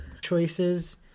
choices